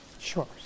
Sure